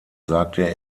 sagte